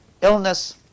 illness